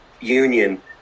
union